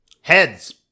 Heads